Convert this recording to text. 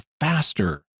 faster